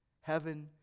heaven